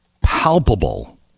palpable